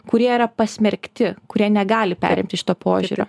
kurie yra pasmerkti kurie negali perimti šito požiūrio